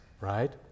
right